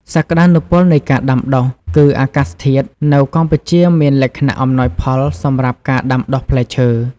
សក្តានុពលនៃការដាំដុះ គឺអាកាសធាតុនៅកម្ពុជាមានលក្ខណៈអំណោយផលសម្រាប់ការដាំដុះផ្លែឈើ។